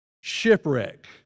shipwreck